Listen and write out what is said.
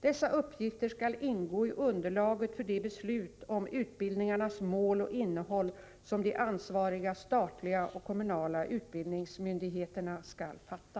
Dessa uppgifter skall ingå i underlaget för de beslut om utbildningarnas mål och innehåll som de ansvariga statliga och kommunala utbildningsmyndigheterna skall fatta.